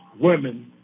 women